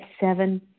seven